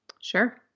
Sure